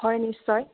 হয় নিশ্চয়